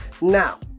Now